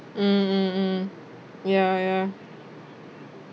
mm mm mm ya ya